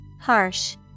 Harsh